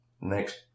next